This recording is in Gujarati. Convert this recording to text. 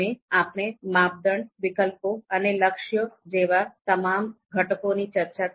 અમે આપણે માપદંડ વિકલ્પો અને લક્ષ્ય જેવા તમામ ઘટકોની ચર્ચા કરી